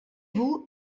vous